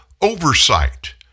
oversight